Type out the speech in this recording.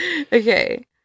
Okay